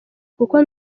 kuko